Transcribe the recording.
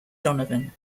donovan